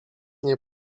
nie